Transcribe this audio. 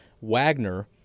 Wagner